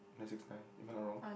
nine six nine if I not wrong